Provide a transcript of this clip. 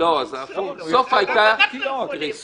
גם אנחנו יכולים.